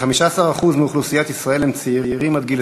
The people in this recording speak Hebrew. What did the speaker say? כ-15% מאוכלוסיית ישראל הם צעירים עד גיל